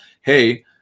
hey